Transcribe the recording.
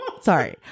Sorry